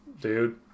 dude